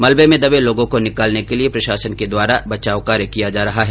मलबे में दबे लोगों को निकालने के लिये प्रशासन के द्वारा बचाव कार्य किया जा रहा है